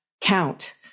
count